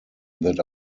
that